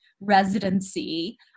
residency